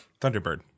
Thunderbird